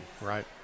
right